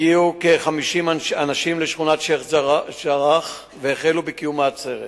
הגיעו כ-50 אנשים לשכונת שיח'-ג'ראח והחלו בקיום העצרת